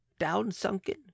Down-sunken